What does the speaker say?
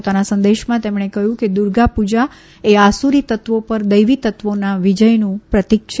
પોતાના સંદેશામાં તેમણે કહ્યું કે દુર્ગા પૂજાએ આસૂરી તત્વો પર દૈવી તત્વોના વિજયનું પ્રતીક છે